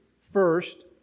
First